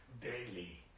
daily